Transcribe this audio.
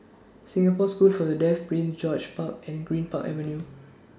Singapore School For The Deaf Prince George's Park and Greenpark Avenue